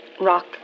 Rock